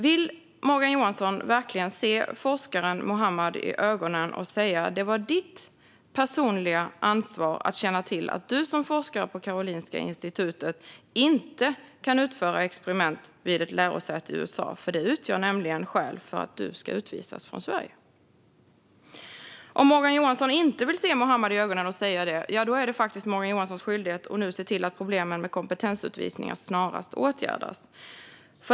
Vill Morgan Johansson verkligen se forskaren Muhammad i ögonen och säga: Det var ditt personliga ansvar att känna till att du som forskare på Karolinska institutet inte kan utföra experiment vid ett lärosäte i USA, för det utgör skäl för att du ska utvisas från Sverige. Om Morgan Johansson inte vill se Muhammad i ögonen och säga detta är det faktiskt Morgan Johanssons skyldighet att nu se till att problemen med kompetensutvisningar snarast åtgärdas.